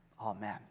Amen